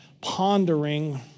pondering